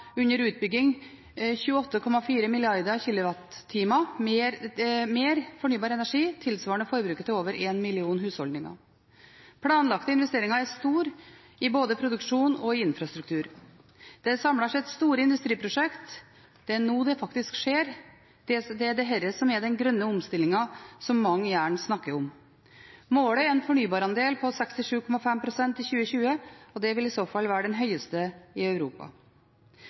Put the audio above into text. under utbygging 28,4 mrd. kWh mer fornybar energi, tilsvarende forbruket til over én million husholdninger. Planlagte investeringer er store når det gjelder både produksjon og infrastruktur. Det er samlet sett store industriprosjekt. Det er nå det faktisk skjer. Det er dette som er den grønne omstillingen som mange gjerne snakker om. Målet er en fornybarandel på 67,5 pst. i 2020 – det vil i så fall være den høyeste i Europa.